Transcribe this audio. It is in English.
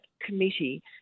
committee